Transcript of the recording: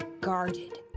guarded